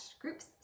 groups